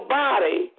body